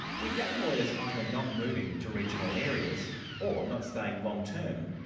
with young lawyers either not moving to regional areas or not staying long term,